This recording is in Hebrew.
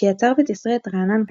שיצר ותסרט רענן כספי,